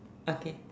okay